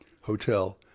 hotel